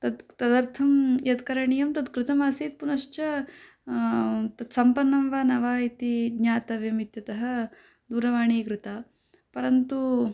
तत् तदर्थं यत् करणीयं तत् कृतमासीत् पुनश्च तत् सम्पन्नं वा न वा इति ज्ञातव्यम् इत्यतः दूरवाणी कृता परन्तु